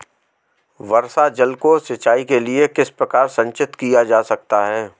वर्षा जल को सिंचाई के लिए किस प्रकार संचित किया जा सकता है?